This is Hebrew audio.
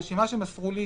הרשימה שמסרו לי,